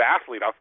athlete